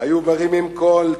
היו מרימים קול,